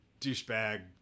douchebag